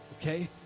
okay